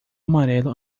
amarelo